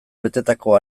betetako